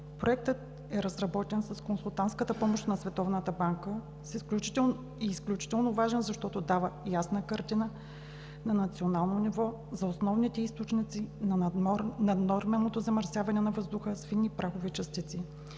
Проектът е разработен с консултантската помощ на Световната банка и е изключително важен, защото дава ясна картина на национално ниво за основните източници на наднорменото замърсяване на въздуха с фини прахови частици,